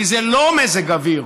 כי זה לא מזג אוויר,